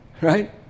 Right